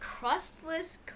crustless